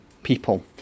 People